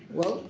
well,